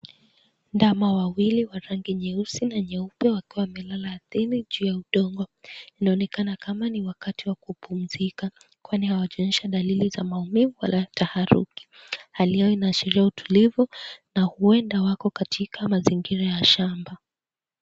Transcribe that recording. Ndama wawili wa rangi nyeusi na nyeupe wakiwa wamelala ardhini juu ya udongo, inaonekana kama ni wakati wa kupumzika kwani hawajaonyesha dalili za maumivu wala taharuki. Hali yao inaashiria utulivu na huenda wako katika mazingira ya shamba.